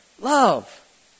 Love